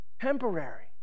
temporary